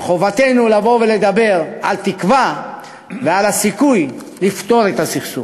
מחובתנו לבוא ולדבר על תקווה ועל הסיכוי לפתור את הסכסוך.